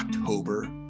october